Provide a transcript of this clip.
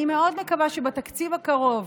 אני מאוד מקווה שבתקציב הקרוב,